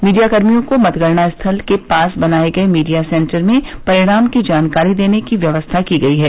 मीडियाकर्मियों को मतगणना स्थल के पास बनाये गये मीडिया सेंटर में परिणाम की जानकारी देने की व्यवस्था की गयी है